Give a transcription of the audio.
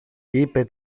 είπε